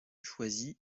choisi